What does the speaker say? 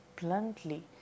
bluntly